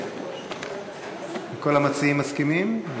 אם כל המציעים מסכימים, כן.